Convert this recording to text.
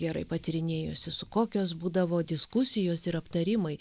gerai patyrinėjusi su kokios būdavo diskusijos ir aptarimai